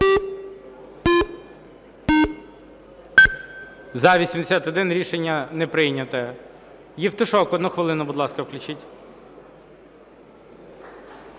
За-81 Рішення не прийняте. Євтушок одну хвилину, будь ласка, включіть.